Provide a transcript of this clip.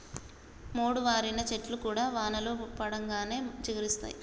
మోడువారిన చెట్లు కూడా వానలు పడంగానే చిగురిస్తయి